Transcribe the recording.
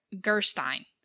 Gerstein